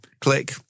Click